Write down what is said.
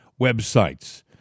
websites